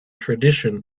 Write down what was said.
tradition